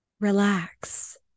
Relax